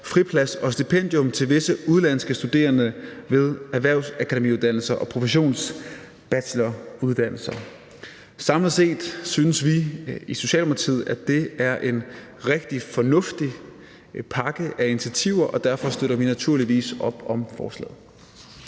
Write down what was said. friplads og stipendium til visse udenlandske studerende ved erhvervsakademiuddannelser og professionsbacheloruddannelser. Samlet set synes vi i Socialdemokratiet, at det er en rigtig fornuftig pakke af initiativer, og derfor støtter vi naturligvis op om forslaget.